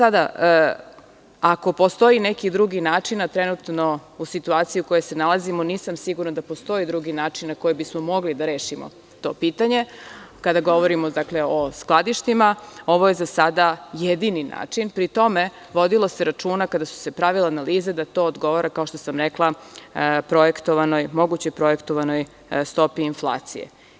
Ako postoji neki drugi način, a trenutno, u situaciji u kojoj se nalazimo, nisam sigurna da postoji drugi način na koji bismo mogli da rešimo to pitanje, kada govorimo o skladištima, ovo je za sada jedini način, a pri tome se vodilo računa, kad su se pravile analize, da to odgovara, kao što sam rekla, mogućoj projektovanoj stopi inflacije.